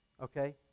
Okay